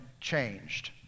changed